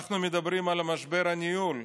אנחנו מדברים על משבר הניהול.